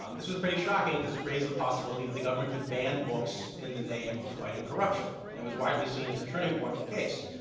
um this was pretty shocking, because it raised the possibility that the government could ban books in the name of fighting corruption. it was widely seen as the turning point in the case.